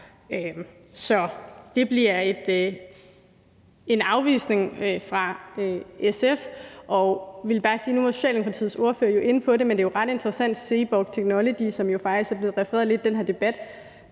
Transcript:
Så det bliver en afvisning fra SF. Nu var Socialdemokratiets ordfører jo inde på det, men det er ret interessant, at direktøren i Seaborg Technologies, som der faktisk er blevet refereret lidt til i den her debat,